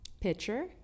Pitcher